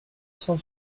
cent